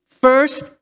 first